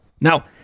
Now